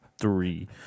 three